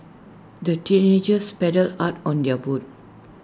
the teenagers paddled hard on their boat